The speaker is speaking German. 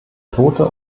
tote